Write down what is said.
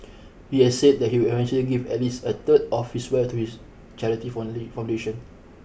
he has said that he will eventually give at least a third of his wealth to his charity foundation